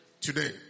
today